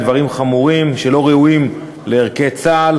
הם דברים חמורים ולא ראויים לנוכח ערכי צה"ל